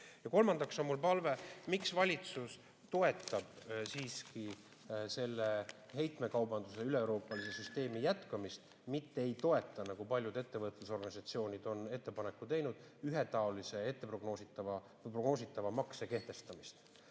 Kolmandaks on mul palve: miks valitsus toetab heitmekaubanduse üleeuroopalise süsteemi jätkamist, mitte ei toeta – kuigi paljud ettevõtlusorganisatsioonid on selle ettepaneku teinud – ühetaolise prognoositava makse kehtestamist?